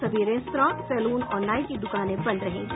सभी restaurant salon और नाई की दुकाने बंद रहेंगी